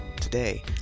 Today